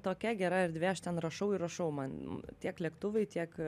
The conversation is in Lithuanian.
tokia gera erdvė aš ten rašau ir rašau man tiek lėktuvai tiek